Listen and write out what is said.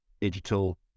digital